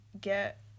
get